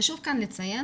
חשוב כאן לציין